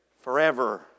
forever